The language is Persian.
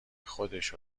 خودش